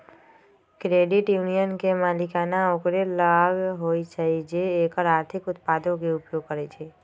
credit union के मलिकाना ओकरे लग होइ छइ जे एकर आर्थिक उत्पादों के उपयोग करइ छइ